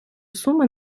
суми